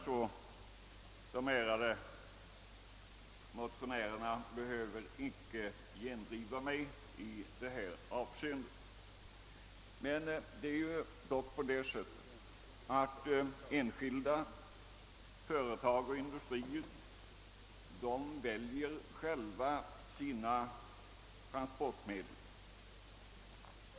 De ärade motionärerna behöver därför icke gendriva mig på den punkten. Enskilda företag och industrier väljer själva sina transportmedel.